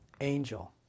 angel